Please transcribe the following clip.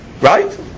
right